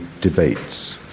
debates